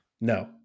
No